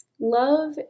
Love